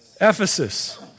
Ephesus